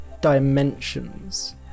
dimensions